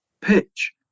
pitch